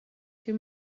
too